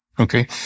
okay